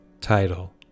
Title